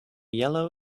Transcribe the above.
yellow